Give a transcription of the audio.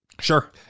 Sure